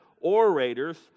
orators